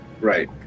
Right